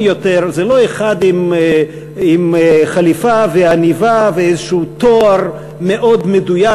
יותר זה לא אחד עם חליפה ועניבה ואיזה תואר מאוד מדויק